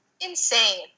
insane